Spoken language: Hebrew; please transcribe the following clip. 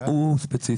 לא הוא ספציפית.